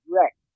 wreck